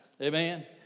amen